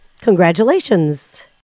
Congratulations